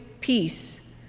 peace